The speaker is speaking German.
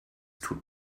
tut